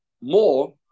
more